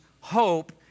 hope